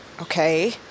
Okay